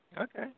Okay